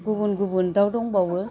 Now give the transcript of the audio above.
गुबुन गुबुन दाउ दंबावो